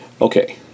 okay